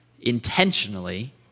intentionally